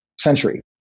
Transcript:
century